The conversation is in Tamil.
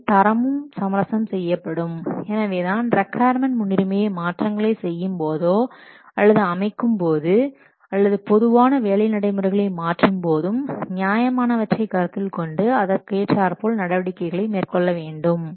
மேலும் தரமும் சமரசம் செய்யப்படும் எனவேதான் ரிக்கொயர்மென்ட் முன்னுரிமையை மாற்றங்களை செய்யும்போதோ அல்லது அமைக்கும்போது அல்லது பொதுவான வேலை நடைமுறைகளை மாற்றும் போதும் நியாயமானவற்றை கருத்தில்கொண்டு அதற்கேற்றார்போல் நடவடிக்கைகளை மேற்கொள்ள வேண்டும்